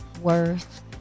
worth